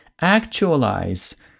actualize